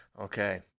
Okay